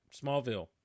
Smallville